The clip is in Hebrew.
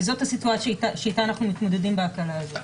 וזאת הסיטואציה שאיתה אנחנו מתמודדים בהקלה הזאת.